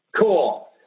Cool